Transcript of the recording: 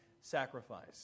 sacrifice